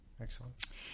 Excellent